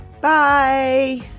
Bye